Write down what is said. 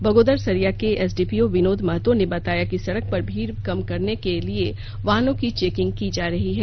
बगोदर सरिया के एसडीपीओ बिनोद महतो ने बताया कि सड़क पर भीड़ कम करने के लिए वाहनों की चेकिंग की जा रही है